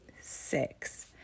six